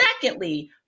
Secondly